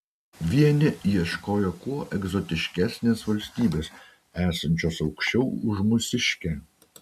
vieni ieškojo kuo egzotiškesnės valstybės esančios aukščiau už mūsiškę